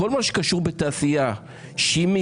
כל מה שקשור בתעשייה שמייצרת,